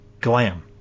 glam